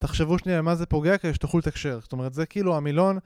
תחשבו שנייה למה זה פוגע, כדי שתוכלו לתקשר זאת אומרת - זה כאילו המילון